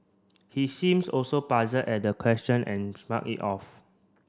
he seems also puzzled at the question and shrugged it off